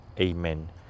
Amen